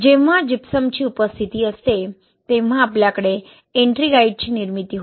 जेव्हा जिप्समची उपस्थिती असते तेव्हा आपल्याकडे एट्रिंगाइटची निर्मिती होते